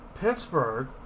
Pittsburgh